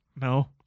no